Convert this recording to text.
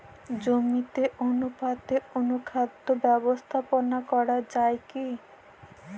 জমিতে অনুপাতে অনুখাদ্য ব্যবস্থাপনা করা য়ায় কি?